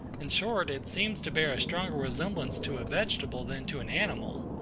in short, it seems to bear a stronger resemblance to a vegetable than to an animal,